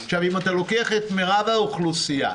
אם אתה לוקח את מירב האוכלוסייה,